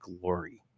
glory